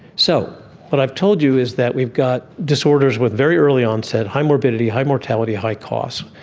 so what i've told you is that we've got disorders with very early onset, high morbidity, high mortality, high cost.